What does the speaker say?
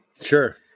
sure